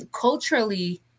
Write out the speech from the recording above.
culturally